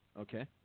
Okay